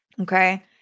Okay